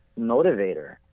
motivator